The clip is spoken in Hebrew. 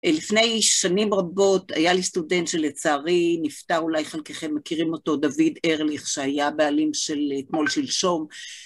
לפני שנים רבות, היה לי סטודנט שלצערי, נפטר, אולי חלקכם מכירים אותו, דוד ארליך, שהיה בעלים של תמול-שלשום.